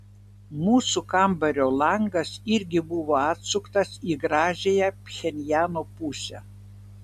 mūsų kambario langas irgi buvo atsuktas į gražiąją pchenjano pusę